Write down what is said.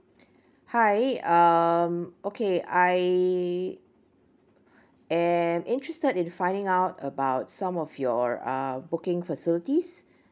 hi um okay I am interested in finding out about some of your uh booking facilities